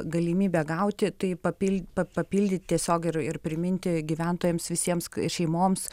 galimybę gauti tai papil pa papildyt tiesiogiai ir ir priminti gyventojams visiems ir šeimoms